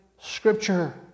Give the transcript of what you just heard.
Scripture